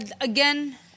again